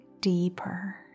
deeper